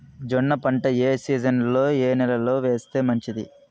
జొన్న పంట ఏ సీజన్లో, ఏ నెల లో వేస్తే మంచిది?